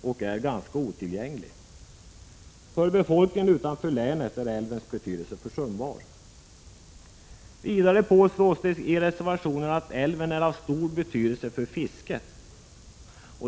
och ganska otillgänglig skogsälv. För befolkningen utanför länet är älvens betydelse försumbar. Vidare påstås det i reservationerna att älven är av stor betydelse för fisket.